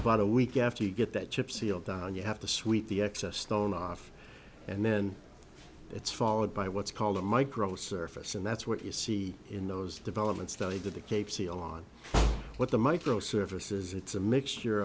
about a week after you get that chip sealed and you have to sweep the excess stone off and then it's followed by what's called a micro surface and that's what you see in those developments that either the cape seal on what the micro surfaces it's a mixture